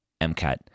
MCAT